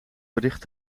bericht